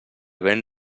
ben